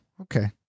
okay